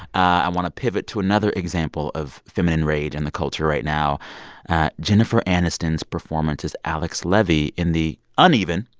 i want to pivot to another example of feminine rage in the culture right now jennifer aniston's performance as alex levy in the uneven,